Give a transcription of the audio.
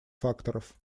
факторов